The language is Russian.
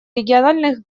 региональных